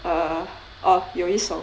err ah 有一首